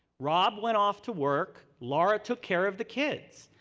rob went off to work. laura took care of the kids.